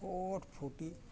ᱯᱷᱚᱴᱯᱷᱩᱴᱤ